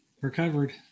Recovered